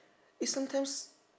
eh sometimes